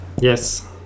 Yes